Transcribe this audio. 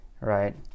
right